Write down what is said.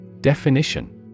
Definition